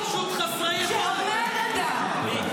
אני לא רוצה שתחשבו שאנחנו חושבים שאתם ברברים,